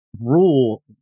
rule